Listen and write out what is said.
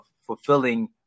fulfilling